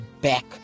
back